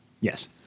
Yes